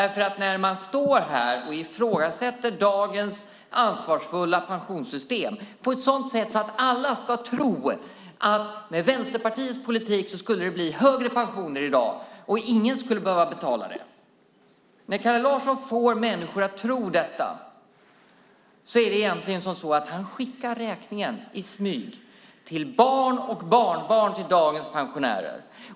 Man står nämligen här och ifrågasätter dagens ansvarsfulla pensionssystem på ett sådant sätt att alla ska tro att det med Vänsterpartiets politik skulle blir högre pensioner i dag, och ingen skulle behöva betala det. När Kalle Larsson får människor att tro detta skickar han egentligen räkningen i smyg till barn och barnbarn till dagens pensionärer.